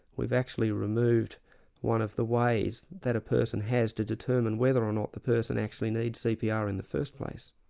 we've actually removed one of the ways that a person has to determine whether or not the person actually needs cpr in the first place.